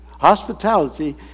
hospitality